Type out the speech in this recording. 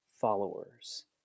followers